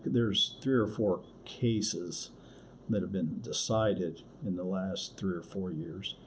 there's three or four cases that have been decided in the last three or four years,